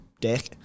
deck